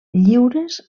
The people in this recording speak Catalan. lliures